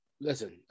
Listen